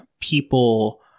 people